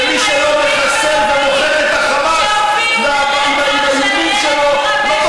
זה היה הסכמים איומים ונוראים שהובילו לרצח של 1,500